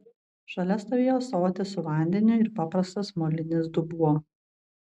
šalia stovėjo ąsotis su vandeniu ir paprastas molinis dubuo